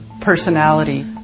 personality